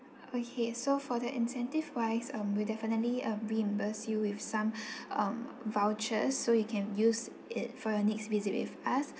okay so for the incentive wise um we'll definitely uh reimburse you with some um vouchers so you can use it for your next visit with us